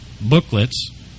booklets